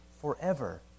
forever